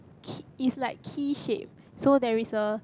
ke~ it's like key shape so there is a